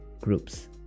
groups